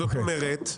זאת אומרת?